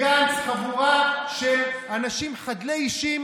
הוא ולפיד וגנץ חבורה של אנשים חדלי אישים